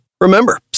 Remember